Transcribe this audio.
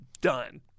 Done